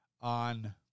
on